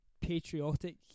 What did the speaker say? patriotic